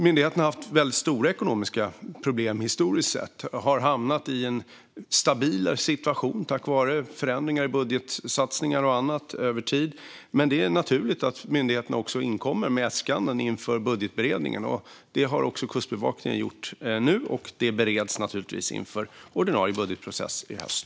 Myndigheten har haft stora ekonomiska problem historiskt sett. Man har nu hamnat i en stabilare situation, tack vare förändringar i budgetsatsningar och annat över tid. Det är också naturligt att myndigheterna inkommer med äskanden inför budgetberedningen. Det har också Kustbevakningen gjort nu. De bereds naturligtvis inför ordinarie budgetprocess i höst.